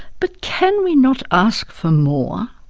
but can we not ask for more?